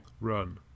run